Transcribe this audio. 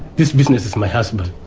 this business is my husband.